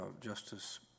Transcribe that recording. Justice